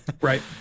Right